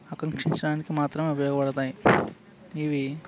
ఆకర్షించడానికి మాత్రమే ఉపయోగపడతాయి ఇవి